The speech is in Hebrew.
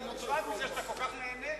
אני מוטרד מזה שאתה כל כך נהנה.